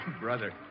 Brother